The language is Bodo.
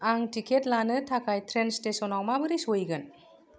आं टिकेट लानो थाखात ट्रेन स्टेसनाव माबोरै सौहैगोन